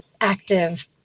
active